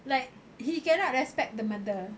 like he cannot respect the mother